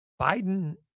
Biden